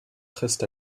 restent